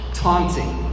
taunting